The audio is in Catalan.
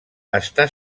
està